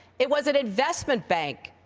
it was an investment bank,